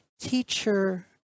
teacher